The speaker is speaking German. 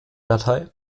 datei